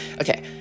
Okay